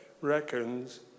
reckons